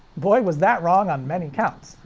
boy was that wrong on many counts.